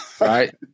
Right